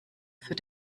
für